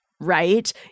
right